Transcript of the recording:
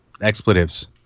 expletives